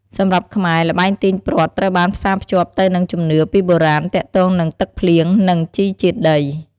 សម្រាប់ខ្មែរ ល្បែងទាញព្រ័ត្រត្រូវបានផ្សារភ្ជាប់ទៅនឹងជំនឿពីបុរាណទាក់ទងនឹងទឹកភ្លៀង និងជីជាតិដី។